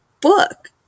book